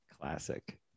Classic